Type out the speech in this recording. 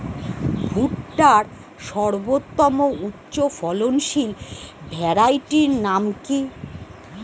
ভুট্টার সর্বোত্তম উচ্চফলনশীল ভ্যারাইটির নাম কি?